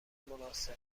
مناسب